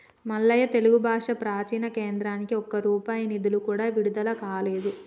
మల్లయ్య తెలుగు భాష ప్రాచీన కేంద్రానికి ఒక్క రూపాయి నిధులు కూడా విడుదల కాలేదు